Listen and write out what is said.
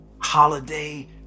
holiday